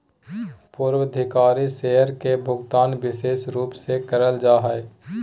पूर्वाधिकारी शेयर के भुगतान विशेष रूप से करल जा हय